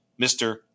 Mr